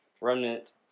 Remnant